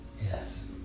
Yes